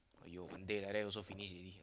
!aiyo! one day like that also finish ready